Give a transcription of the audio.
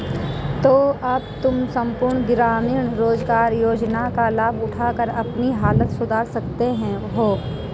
तो अब तुम सम्पूर्ण ग्रामीण रोज़गार योजना का लाभ उठाकर अपनी हालत सुधार सकते हो